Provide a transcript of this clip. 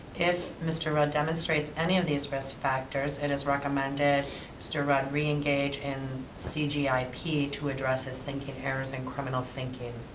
if mr rudd demonstrates any of these risk factors, it is recommended mr rudd re engage in c g i p, to address his thinking errors and criminal thinking.